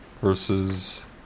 versus